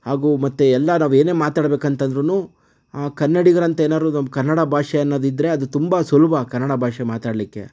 ಹಾಗೂ ಮತ್ತು ಎಲ್ಲ ನಾವು ಏನೇ ಮಾತಾಡ್ಬೇಕು ಅಂತಂದ್ರೂ ಕನ್ನಡಿಗ್ರಂತೂ ಏನಾದ್ರೂ ನಮ್ಮ ಕನ್ನಡ ಭಾಷೆ ಅನ್ನೋದಿದ್ದರೆ ಅದು ತುಂಬ ಸುಲಭ ಕನ್ನಡ ಭಾಷೆ ಮಾತಾಡಲಿಕ್ಕೆ